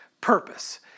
purpose